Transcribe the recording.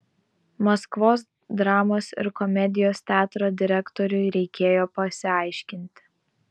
maskvos dramos ir komedijos teatro direktoriui reikėjo pasiaiškinti